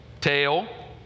tail